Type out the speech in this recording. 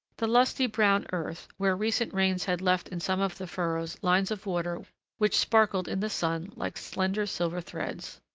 the lusty brown earth, where recent rains had left in some of the furrows lines of water which sparkled in the sun like slender silver threads.